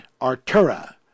Artura